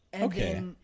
okay